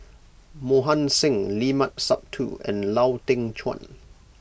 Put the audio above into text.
Mohan Singh Limat Sabtu and Lau Teng Chuan